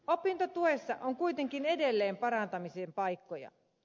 opintotuessa on kuitenkin edelleen parantamisen paikkoja